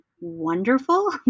wonderful